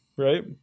Right